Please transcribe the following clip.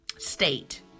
state